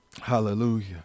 Hallelujah